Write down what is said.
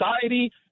society